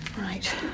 Right